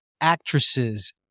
actresses